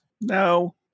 No